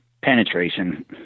Penetration